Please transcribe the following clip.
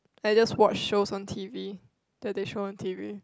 I just watch shows on t_v that they show on t_v